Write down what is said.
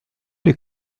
les